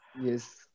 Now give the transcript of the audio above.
Yes